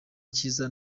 kiza